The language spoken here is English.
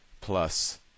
plus